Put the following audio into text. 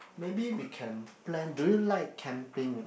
maybe we can plan do you like camping a not